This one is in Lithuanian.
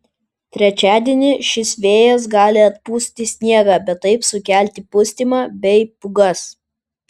trečiadienį šis vėjas gali atpūsti sniegą bei taip sukelti pustymą bei pūgas